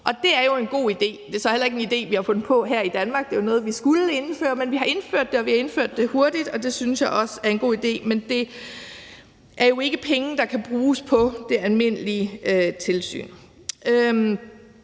Og det er jo en god idé. Det er så heller ikke en idé, vi har fundet på her i Danmark. Det var noget, vi skulle indføre. Men vi har indført det, og vi har indført det hurtigt, og det synes jeg også er en god idé. Men det er jo ikke penge, der kan bruges på det almindelige tilsyn.